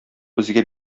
безгә